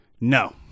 No